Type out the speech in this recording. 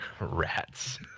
Rats